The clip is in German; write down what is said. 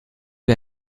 wie